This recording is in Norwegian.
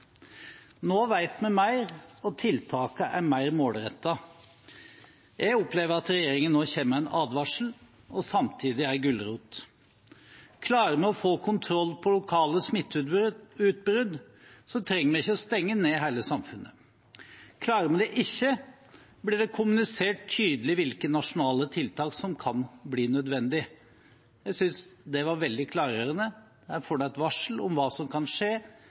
Nå vet vi mer, og tiltakene er mer målrettede. Jeg opplever at regjeringen nå kommer med en advarsel og samtidig en gulrot. Klarer vi å få kontroll på lokale smitteutbrudd, trenger vi ikke å stenge ned hele samfunnet. Klarer vi det ikke, blir det kommunisert tydelig hvilke nasjonale tiltak som kan bli nødvendig. Jeg synes det var veldig klargjørende. Her får en et varsel om hva som kan skje